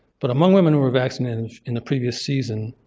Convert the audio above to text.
but among women who were vaccinated in the previous season,